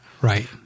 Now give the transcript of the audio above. Right